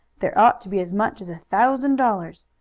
there ought to be as much as a thousand dollars.